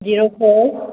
zero four